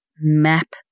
map